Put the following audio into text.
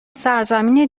سرزمین